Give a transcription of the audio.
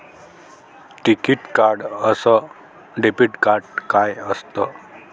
टिकीत कार्ड अस debit card काय असत?